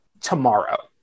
tomorrow